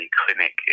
clinic